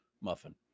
Muffin